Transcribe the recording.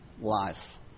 life